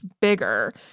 bigger